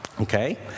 Okay